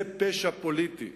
זה פשע פוליטי,